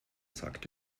sagt